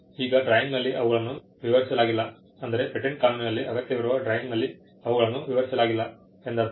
ಈಗ ಡ್ರಾಯಿಂಗ್ನಲ್ಲಿ ಅವುಗಳನ್ನು ವಿವರಿಸಲಾಗಿಲ್ಲ ಅಂದರೆ ಪೇಟೆಂಟ್ ಕಾನೂನಿನಲ್ಲಿ ಅಗತ್ಯವಿರುವ ಡ್ರಾಯಿಂಗ್ನಲ್ಲಿ ಅವುಗಳನ್ನು ವಿವರಿಸಲಾಗಿಲ್ಲ ಎಂದರ್ಥ